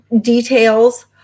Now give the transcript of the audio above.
details